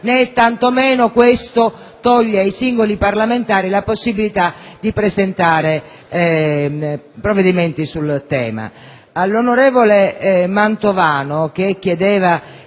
né tanto meno questo toglie ai singoli parlamentari la possibilità di presentare provvedimenti sul tema.